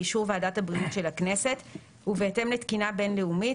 באישור ועדת הבריאות של הכנסת ובהתאם לתקינה בינלאומית,